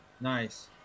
Nice